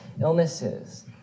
illnesses